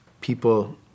people